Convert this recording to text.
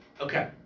Okay